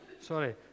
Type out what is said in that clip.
Sorry